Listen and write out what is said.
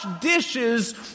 dishes